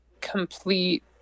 complete